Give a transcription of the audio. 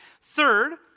third